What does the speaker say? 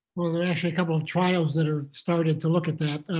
well there are actually a couple of trials that are started to look at that.